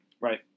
Right